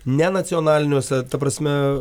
ne nacionaliniuose ta prasme